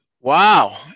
wow